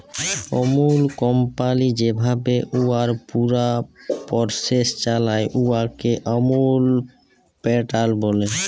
আমূল company যেভাবে উয়ার পুরা পরসেস চালায়, উয়াকে আমূল প্যাটার্ল ব্যলে